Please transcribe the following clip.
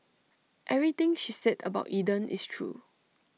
everything she said about Eden is true